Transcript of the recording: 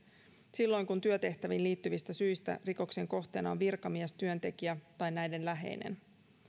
silloin kun työtehtäviin liittyvistä syistä rikoksen kohteena on virkamiestyöntekijä tai näiden läheinen